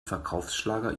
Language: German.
verkaufsschlager